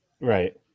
right